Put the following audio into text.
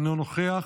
אינו נוכח.